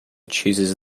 chooses